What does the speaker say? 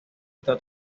está